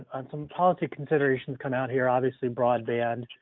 on some policy considerations come out here, obviously broadband,